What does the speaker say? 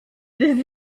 des